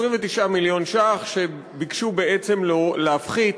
29 מיליון ש"ח שביקשו להפחית